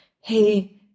hey